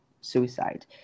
suicide